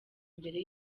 mbere